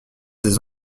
des